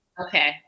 okay